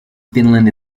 finland